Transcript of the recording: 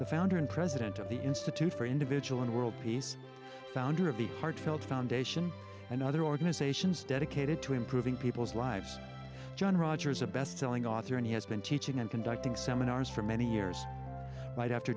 the founder and president of the institute for individual and world peace founder of the heartfelt foundation and other organizations dedicated to improving people's lives john rogers a bestselling author and he has been teaching and conducting seminars for many years right after